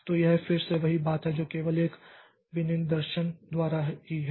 तो यह फिर से वही बात है जो केवल एक विनिर्देशन द्वारा ही है